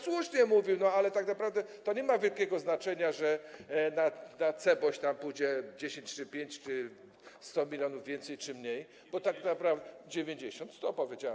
Słusznie mówił, ale tak naprawdę to nie ma wielkiego znaczenia, że na CBŚ tam pójdzie 10 czy 5, czy 100 mln więcej czy mniej, bo tak naprawdę... [[90.]] 90. 100 - powiedziałem.